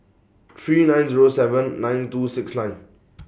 three nine Zero seven nine two six nine